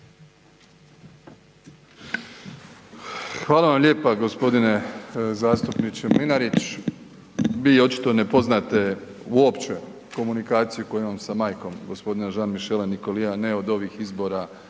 Hvala vam lijepa. Gospodine zastupniče Mlinarić. Vi očito ne poznate uopće komunikaciju koju imam sa majkom gospodina Jean-Michela Nicoliera ne od ovih izbora